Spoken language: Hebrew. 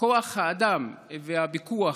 כוח האדם והפיקוח,